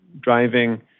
driving